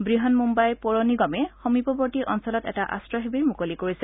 বৃহন মূম্বাই পৌৰ নিগমে সমীৱৰ্তী অঞ্চলত এটা আশ্ৰয় শিৱিৰ মুকলি কৰিছে